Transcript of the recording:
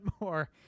more